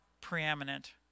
preeminent